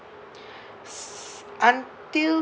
until